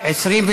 לספקים,